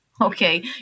Okay